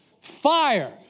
fire